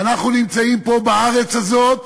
ואנחנו נמצאים פה בארץ הזאת